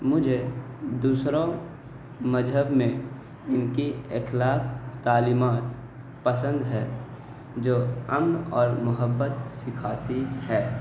مجھے دوسروں مجہب میں ان کی اخلاق تعلیمات پسند ہے جو ام اور محبت سکھاتی ہے